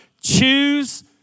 Choose